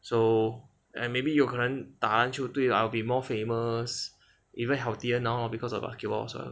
so and maybe 有可能打篮球队啦 I'll be more famous even healthier now because of basketball